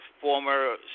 former